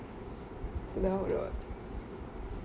so that would work